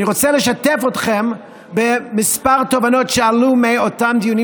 אני רוצה לשתף אתכם בכמה תובנות שעלו מאותם דיונים,